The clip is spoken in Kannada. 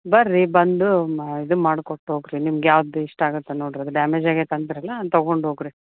ಬರ್ರಿ ಬಂದು ಮಾ ಇದು ಮಾಡಿ ಕೊಟ್ಟು ಹೋಗಿರಿ ನಿಮ್ಗೆ ಯಾವ್ದು ಇಷ್ಟ ಆಗತ್ತೆ ನೋಡಿರಿ ಅದು ಡ್ಯಾಮೇಜ್ ಆಗೇತೆ ಅಂದ್ರಲ್ಲ ತಗೊಂಡು ಹೋಗಿರಿ